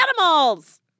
animals